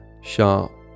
sharp